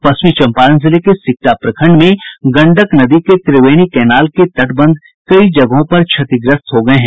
पश्चिमी चंपारण जिले के सिकटा प्रखंड में गंडक नदी के त्रिवेणी कैनाल के तटबंध कई जगहों पर क्षतिग्रस्त हो गये हैं